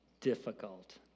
difficult